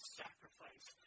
sacrifice